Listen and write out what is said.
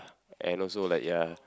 and also like ya